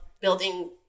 building